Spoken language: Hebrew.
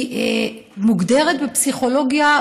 היא מוגדרת בפסיכולוגיה,